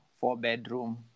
four-bedroom